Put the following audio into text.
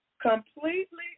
completely